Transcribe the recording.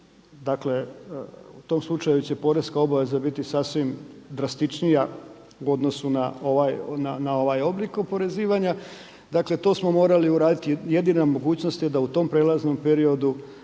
dakle u tom slučaju će poreska obveza biti sasvim drastičnija u odnosu na ovaj oblik oporezivanja. Dakle, to smo morali uraditi. Jedina mogućnost je da u tom prijelaznom periodu